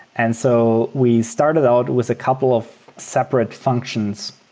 and so we started out with a couple of separate functions.